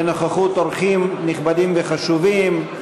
בנוכחות אורחים נכבדים וחשובים,